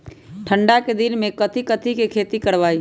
ठंडा के दिन में कथी कथी की खेती करवाई?